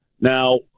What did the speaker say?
Now